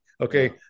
Okay